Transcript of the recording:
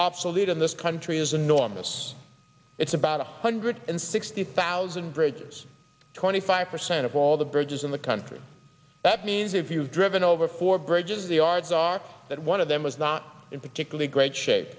obsolete in this country is enormous it's about a hundred and sixty thousand bridges twenty five percent of all the bridges in the country that means if you've driven over four bridges the ards are that one of them is not in particularly great shape